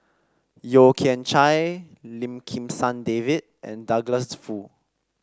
Yeo Kian Chye Lim Kim San David and Douglas Foo